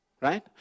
Right